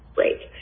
Great